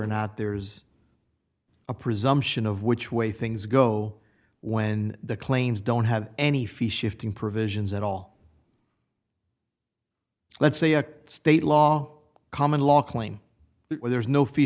or not there's a presumption of which way things go when the claims don't have any fees shifting provisions at all let's say a state law common law claim th